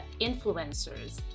influencers